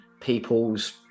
people's